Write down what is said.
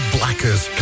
Blackers